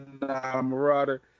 Marauder